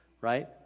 right